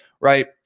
right